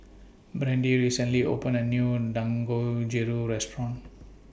Brandee recently opened A New Dangojiru Restaurant